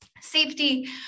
safety